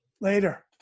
Later